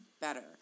better